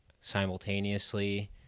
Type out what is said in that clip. simultaneously